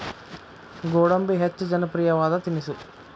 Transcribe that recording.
ಗೋಡಂಬಿ ಹೆಚ್ಚ ಜನಪ್ರಿಯವಾದ ತಿನಿಸು